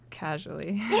Casually